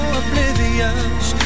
oblivious